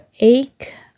eight